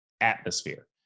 atmosphere